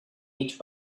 each